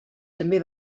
també